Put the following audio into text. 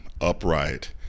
upright